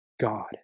God